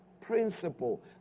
principle